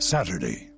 Saturday